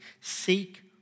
seek